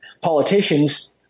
Politicians